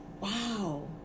wow